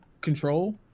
control